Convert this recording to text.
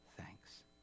thanks